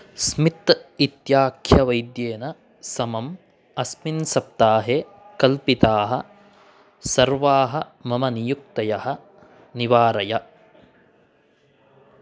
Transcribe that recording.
smith इत्याख्यवैद्येन समम् अस्मिन् सप्ताहे कल्पिताः सर्वाः मम नियुक्तयः निवारय